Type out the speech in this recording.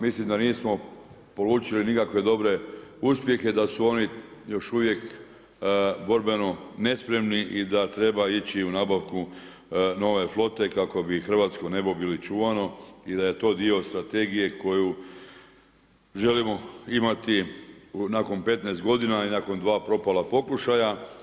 Mislim da nismo polučili nikakve dobre uspjehe, da su oni još uvijek borbeno nespremni i da treba ići u nabavku nove flote kako bi hrvatsko nebo bilo čuvano i da je to dio strategije koju želimo imati nakon 15 godina i nakon dva propala pokušaja.